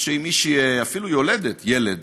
ומי שאפילו יולדת ילד